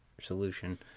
solution